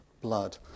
blood